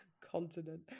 continent